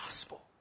gospel